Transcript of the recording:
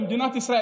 במדינת ישראל,